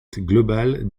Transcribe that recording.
global